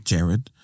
Jared